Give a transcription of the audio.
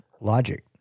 logic